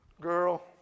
Girl